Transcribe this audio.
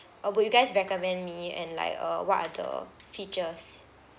uh would you guys recommend me and like uh what are the features